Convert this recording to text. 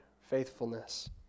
faithfulness